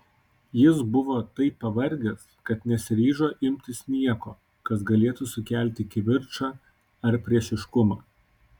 jis buvo taip pavargęs kad nesiryžo imtis nieko kas galėtų sukelti kivirčą ar priešiškumą